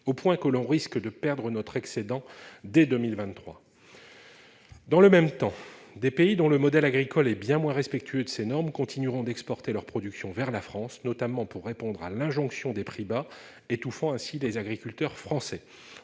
au point que l'on risque de perdre notre excédent dès 2023. Dans le même temps des pays dont le modèle agricole, hé bien moins respectueux de ces normes continueront d'exporter leur production vers la France, notamment pour répondre à l'injonction des prix bas, étouffant ainsi les agriculteurs français,